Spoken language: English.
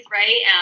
right